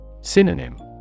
Synonym